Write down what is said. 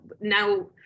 now